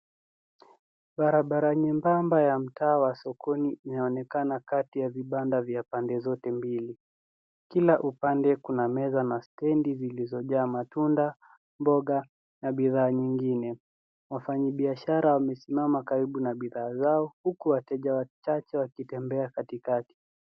Barabara nyembamba ya mtaa wa sokoni inaonekana kati ya vibanda vya pande zote mbili. Kila upande kuna meza na stendi zilizojaa matunda, mboga na bidhaa nyingine. Wafanyi biashara wamesimama karibu na bidhaa zao, huku wateja wachache wakitembea katikati.